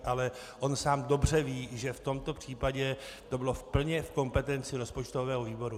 Ale on sám dobře ví, že v tomto případě to bylo plně v kompetenci rozpočtového výboru.